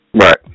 Right